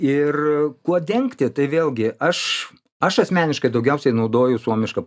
ir kuo dengti tai vėlgi aš aš asmeniškai daugiausiai naudoju suomišką